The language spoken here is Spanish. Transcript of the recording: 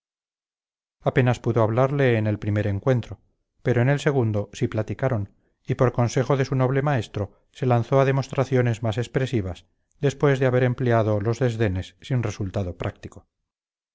apenas pudo hablarle en el primer encuentro pero en el segundo sí platicaron y por consejo de su noble maestro se lanzó a demostraciones más expresivas después de haber empleado los desdenes sin resultado práctico